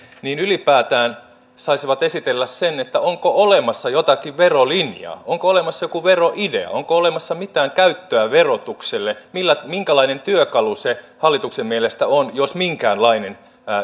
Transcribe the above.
ylipäätään saisivat esitellä sen onko olemassa jotakin verolinjaa onko olemassa joku veroidea onko olemassa mitään käyttöä verotukselle minkälainen työkalu se hallituksen mielestä on jos minkäänlainen